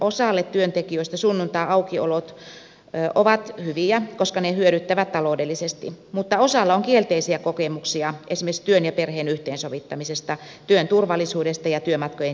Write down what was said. osalle työntekijöistä sunnuntaiaukiolot ovat hyviä koska ne hyödyttävät taloudellisesti mutta osalla on kielteisiä kokemuksia esimerkiksi työn ja perheen yhteensovittamisesta työn turvallisuudesta ja työmatkojen järjestämisestä